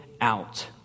out